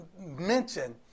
mention